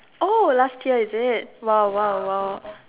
oh last year is it